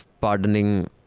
pardoning